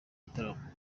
gitaramo